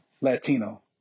Latino